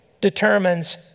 determines